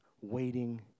waiting